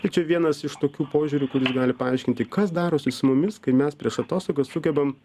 tai čia vienas iš tokių požiūrių kuris gali paaiškinti kas darosi su mumis kai mes prieš atostogas sugebam